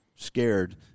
scared